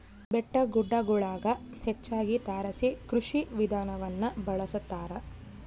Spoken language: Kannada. ಬೆಟ್ಟಗುಡ್ಡಗುಳಗ ಹೆಚ್ಚಾಗಿ ತಾರಸಿ ಕೃಷಿ ವಿಧಾನವನ್ನ ಬಳಸತಾರ